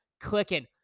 clicking